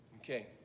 Okay